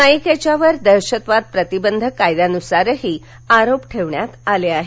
नाईक याच्यावर दहशतवाद प्रतिबंधक कायद्यानुसारही आरोप ठेवण्यात आले आहेत